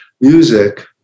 music